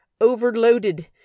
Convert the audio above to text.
overloaded